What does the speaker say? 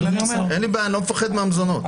אין לי בעיה, אני לא מפחד מהמזונות.